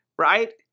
right